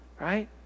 right